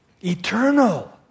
Eternal